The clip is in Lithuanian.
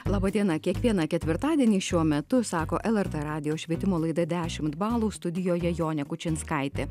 laba diena kiekvieną ketvirtadienį šiuo metu sako lrt radijo švietimo laida dešimt balų studijoje jonė kučinskaitė